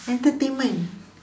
entertainment